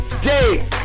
day